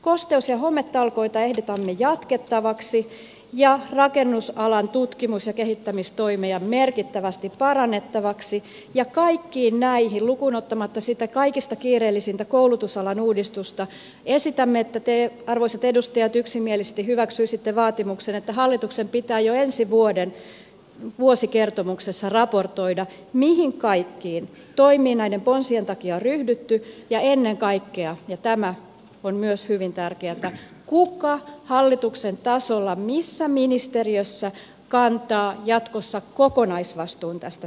kosteus ja hometalkoita ehdotamme jatkettavaksi ja rakennusalan tutkimus ja kehittämistoimia merkittävästi parannettavaksi ja kaikkiin näihin lukuun ottamatta sitä kaikista kiireellisintä koulutusalan uudistusta esitämme että te arvoisat edustajat yksimielisesti hyväksyisitte vaatimuksen että hallituksen pitää jo ensi vuoden vuosikertomuksessa raportoida mihin kaikkiin toimiin näiden ponsien takia on ryhdytty ja ennen kaikkea ja tämä on myös hyvin tärkeätä kuka hallituksen tasolla missä ministeriössä kantaa jatkossa kokonaisvastuun tästä tilanteesta